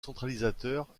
centralisateur